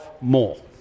more